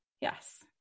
Yes